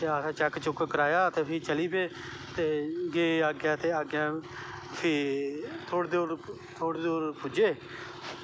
ते असैं चैक्क चुक्क कराया ते अस चली पे गे अग्गैं ते फ्ही अग्गैं थोह्ड़ी दूर पुज्जे